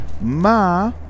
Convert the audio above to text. ma